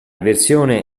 versione